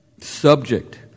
subject